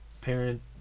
parent